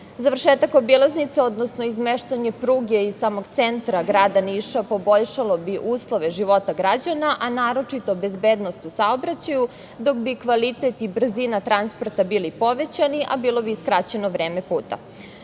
obilaznice, odnosno izmeštanje pruge iz samog centra grada Niša poboljšalo bi uslove života građana, a naročito bezbednost u saobraćaju, dok bi kvalitet i brzina transporta bili povećani, a bilo bi i skraćeno vreme puta.